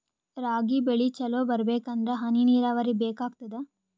ರಾಗಿ ಬೆಳಿ ಚಲೋ ಬರಬೇಕಂದರ ಹನಿ ನೀರಾವರಿ ಬೇಕಾಗತದ?